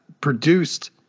produced